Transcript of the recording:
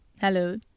hello